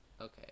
okay